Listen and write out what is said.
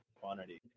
quantity